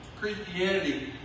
Christianity